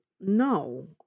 no